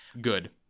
Good